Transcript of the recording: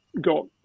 got